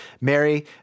Mary